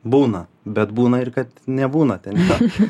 būna bet būna ir kad nebūna ten nieko